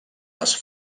les